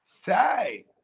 Say